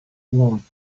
one